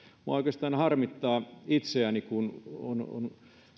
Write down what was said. minua oikeastaan harmittaa itseäni kun